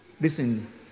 Listen